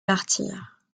martyrs